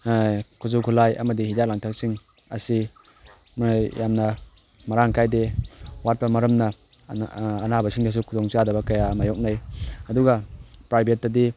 ꯈꯨꯁꯨ ꯈꯨꯠꯂꯥꯏ ꯑꯃꯗꯤ ꯍꯤꯗꯥꯛ ꯂꯥꯡꯊꯁꯤꯡ ꯑꯁꯤ ꯌꯥꯝꯅ ꯃꯔꯥꯡ ꯀꯥꯏꯗꯦ ꯌꯥꯠꯄ ꯃꯔꯝꯅ ꯑꯅꯥꯕꯁꯤꯡꯗꯁꯨ ꯈꯨꯗꯣꯡꯆꯥꯗꯕ ꯀꯌꯥ ꯃꯥꯏꯌꯣꯛꯅꯩ ꯑꯗꯨꯒ ꯄ꯭ꯔꯥꯏꯚꯦꯠꯇꯗꯤ